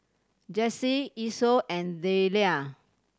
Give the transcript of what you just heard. Jessee Esau and Delia